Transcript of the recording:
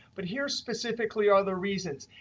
but here specifically are the reasons.